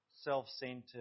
self-centered